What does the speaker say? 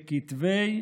בכתבי